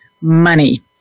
money